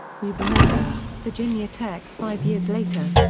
we remember virginia tech five years later.